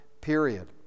period